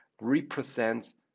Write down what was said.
represents